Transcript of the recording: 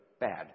bad